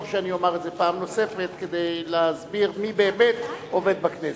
טוב שאני אומר את זה פעם נוספת כדי להסביר מי באמת עובד בכנסת.